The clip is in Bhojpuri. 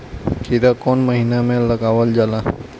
खीरा कौन महीना में लगावल जाला?